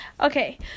Okay